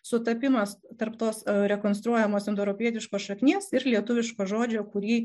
sutapimas tarp tos rekonstruojamos indoeuropietiškos šaknies ir lietuviško žodžio kurį